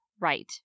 right